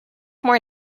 more